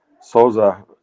Souza